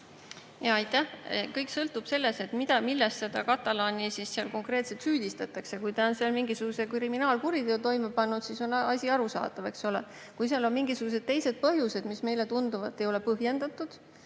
Aitäh! Kõik sõltub sellest, milles seda katalaani konkreetselt süüdistatakse. Kui ta on seal mingisuguse kriminaalkuriteo toime pannud, siis on asi arusaadav. Kui seal on mingisugused teised põhjused, mis meile tunduvad, et ei ole põhjendatud